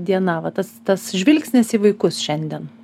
diena va tas tas žvilgsnis į vaikus šiandien